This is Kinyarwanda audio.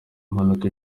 impanuka